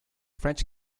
french